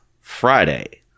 Friday